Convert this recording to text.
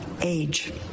Age